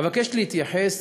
אבקש להתייחס